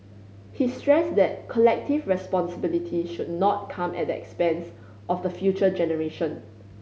he stressed that collective responsibility should not come at the expense of the future generation